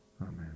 Amen